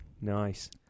Nice